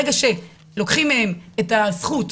ברגע שלוקחים מהן את הזכות,